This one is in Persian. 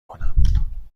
کنم